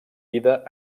vida